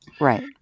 Right